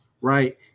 right